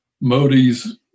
Modi's